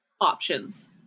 options